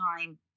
time